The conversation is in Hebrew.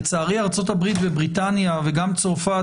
לצערי ארצות הברית ובריטניה וגם צרפת,